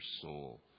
soul